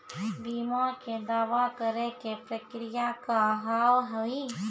बीमा के दावा करे के प्रक्रिया का हाव हई?